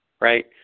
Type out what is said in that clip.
right